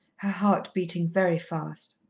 her heart beating very fast.